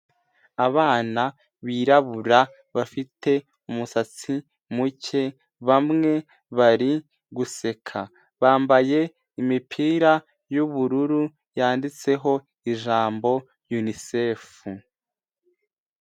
Abana birabura, bafite umusatsi muke, bamwe bari guseka, bambaye imipira y'ubururu, yanditseho ijambo UNICEF.